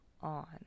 on